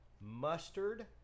mustard